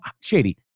shady